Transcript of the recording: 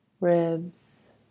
ribs